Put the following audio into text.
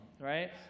right